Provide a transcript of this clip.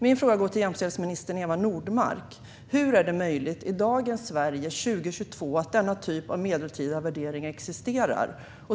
Mina frågor går till jämställdhetsminister Eva Nordmark: Hur är det möjligt i dagens Sverige, 2022, att denna typ av medeltida värderingar existerar?